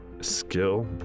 skill